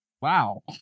Wow